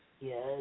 Yes